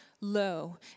low